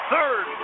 Third